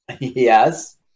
Yes